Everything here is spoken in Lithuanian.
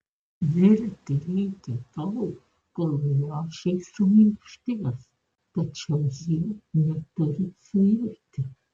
virti reikia tol kol lęšiai suminkštės tačiau jie neturi suirti